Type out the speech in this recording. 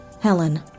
Helen